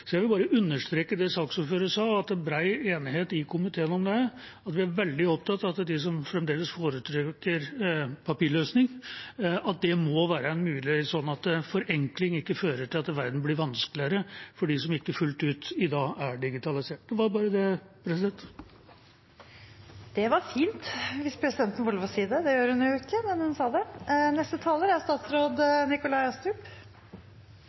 så jeg vil bare understreke det saksordføreren sa, at det er bred enighet i komiteen om og vi er veldig opptatt av at de som fremdeles foretrekker papirløsning, skal få mulighet til det, sånn at forenkling ikke fører til at verden blir vanskeligere for dem som ikke fullt ut i dag er digitalisert. Det var bare det, president. Jeg har ikke behov for å holde et langt innlegg om dette. Saksordføreren har på en god måte redegjort for innstillingen og saken, og jeg er